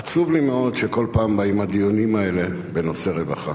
עצוב לי מאוד שכל פעם באים הדיונים האלה בנושא רווחה.